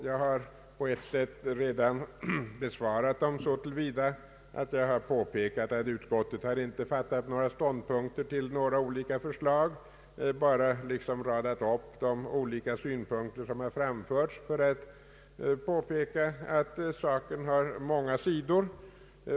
Jag har redan besvarat dem så till vida att jag har påpekat att utskottet inte har fattat ståndpunkt till några olika förslag. Utskottet har bara liksom radat upp de olika synpunkter som har framförts för att påpeka att saken har många sidor.